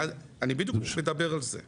אני בדיוק מדבר על זה.